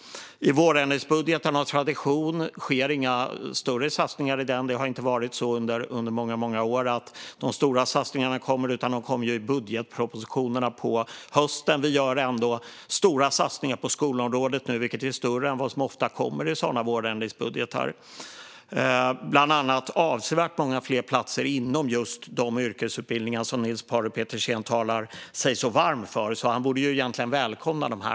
I vårändringsbudgeten sker av tradition inga större satsningar. Det har varit så under många år att de stora satsningarna inte kommer i den utan i budgetpropositionen på hösten. Vi gör ändå stora satsningar på skolområdet nu - större än vad som brukar komma i vårändringsbudgetar. Vi satsar bland annat på avsevärt fler platser inom just de yrkesutbildningar som Niels Paarup-Petersen talar sig så varm för. Han borde egentligen välkomna det.